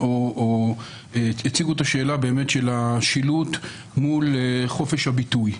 שאלת השילוט הוצגה מול חופש הביטוי.